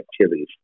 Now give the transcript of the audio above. activities